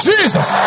Jesus